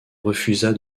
refusa